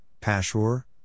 Pashur